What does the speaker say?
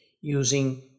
using